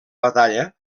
batalla